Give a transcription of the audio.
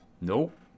Nope